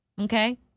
okay